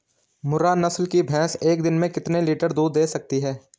मुर्रा नस्ल की भैंस एक दिन में कितना लीटर दूध दें सकती है?